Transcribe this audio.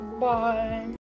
Bye